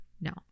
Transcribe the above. No